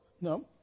no